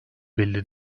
belli